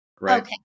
right